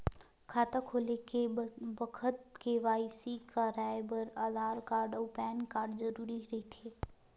खाता खोले के बखत के.वाइ.सी कराये बर आधार कार्ड अउ पैन कार्ड जरुरी रहिथे